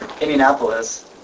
Indianapolis